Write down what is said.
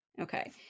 okay